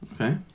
okay